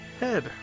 head